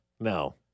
No